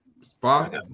Spot